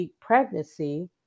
pregnancy